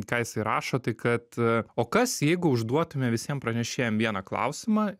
ką jisai rašo tai kad o kas jeigu užduotume visiem pranešėjam vieną klausimą